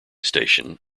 station